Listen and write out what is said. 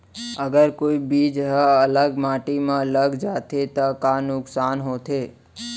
अगर कोई बीज ह गलत माटी म लग जाथे त का नुकसान होथे?